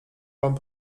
pan